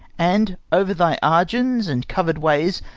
and, over thy argins and cover'd ways,